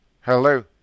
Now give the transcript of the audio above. Hello